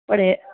પણ એ